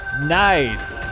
Nice